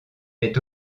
est